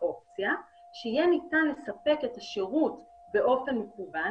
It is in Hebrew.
האופציה שיהיה ניתן לספק את השירות באופן מקוון,